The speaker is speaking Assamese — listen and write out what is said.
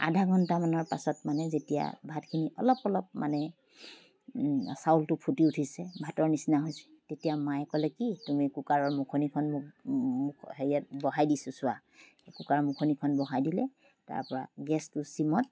আধা ঘণ্টামানৰ পাছত যেতিয়া মানে ভাতখিনি অলপ অলপ মানে চাউলটো ফুটি উঠিছে ভাতৰ নিচিনা হৈছে তেতিয়া মায়ে ক'লে কি তুমি কুকাৰৰ মুখনিখন মোক হেৰিয়াত বহাই দিছোঁ চোৱা কুকাৰৰ মুখনিখন বহাই দিলে তাৰ পৰা গেছটো চিমত